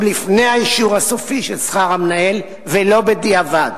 ולפני האישור הסופי של שכר המנהל ולא בדיעבד,